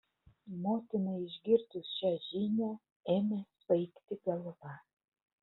motinai išgirdus šią žinią ėmė svaigti galva